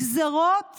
נגזרות